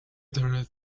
through